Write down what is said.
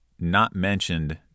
not-mentioned